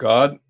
God